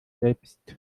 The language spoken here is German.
selbst